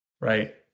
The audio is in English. Right